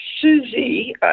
Susie